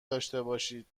داشتهباشید